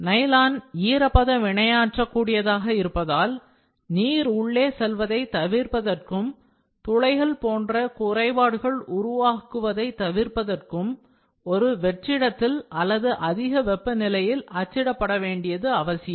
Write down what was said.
nylon ஈரப்பத வினையாற்றக்கூடியதாக இருப்பதால் நீர் உள்ளே செல்வதை தவிர்ப்பதற்கும் துளைகள் போன்ற குறைபாடுகளை உருவாக்குவதை தவிர்ப்பதற்கும் ஒரு வெற்றிடத்தில் அல்லது அதிக வெப்பநிலையில் அச்சிட வேண்டியது அவசியம்